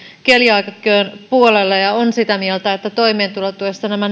keliaakikkojen puolella ja ja on sitä mieltä että toimeentulotuessa nämä